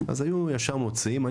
אז היו ישר מוציאים,